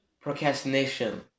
procrastination